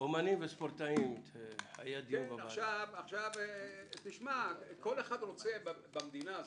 כל אחד רוצה במדינה הזו,